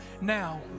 now